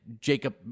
Jacob